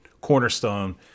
cornerstone